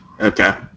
Okay